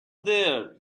there